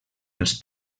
els